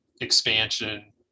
expansion